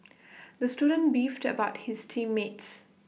the student beefed about his team mates